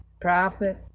prophet